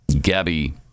Gabby